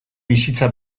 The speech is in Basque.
bizitza